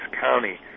county